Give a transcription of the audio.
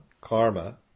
Karma